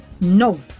No